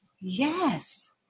Yes